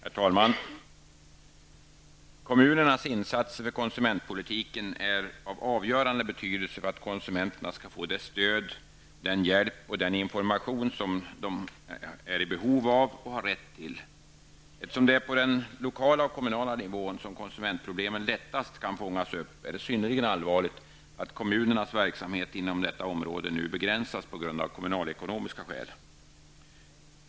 Herr talman! Kommunernas insatser för konsumentpolitiken är av avgörande betydelse för att konsumenterna skall få det stöd, den hjälp och den information som de är i behov av och har rätt till. Eftersom det är på den lokala och kommunala nivån som konsumentproblem lättast kan fångas upp, är det synnerligen allvarligt att kommunernas verksamhet inom detta område nu begränsas av kommunalekonomiska skäl.